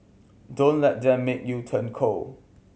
don't let them make you turn cold